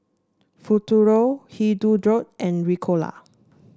Futuro Hirudoid and Ricola